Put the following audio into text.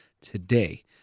today